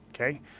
okay